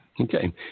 Okay